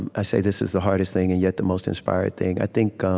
and i say this is the hardest thing, and yet, the most inspiring thing i think,